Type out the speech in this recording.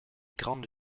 grande